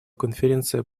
конференция